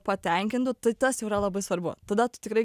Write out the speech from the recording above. patenkintų tai tas jau yra labai svarbu tada tu tikrai